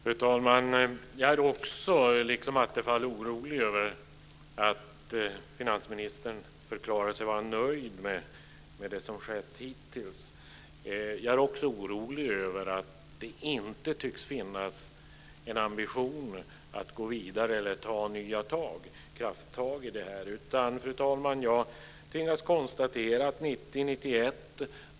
Fru talman! Jag är liksom Attefall orolig över att finansministern förklarar sig vara nöjd med det som skett hittills. Jag är också orolig över att det inte tycks finnas en ambition att gå vidare eller ta nya krafttag när det gäller detta. Fru talman! Jag tvingas i stället konstatera att det skedde saker 1990-91.